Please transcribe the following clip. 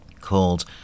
called